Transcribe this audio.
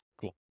Cool